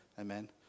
Amen